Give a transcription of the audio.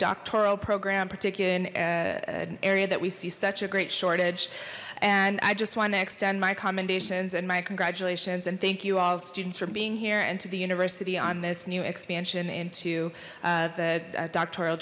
doctoral program particularly an area that we see such a great shortage and i just want to extend my commendations and my congratulations and thank you all students for being here and to the university on this new expansion into the doctoral